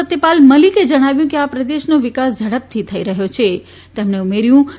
સત્યપાલ મલીકે જણાવ્યું કે આ પ્રદેશનો વિકાસ ઝડપથી થઈ રહ્યો છેતેમણે ઉમેર્યું કે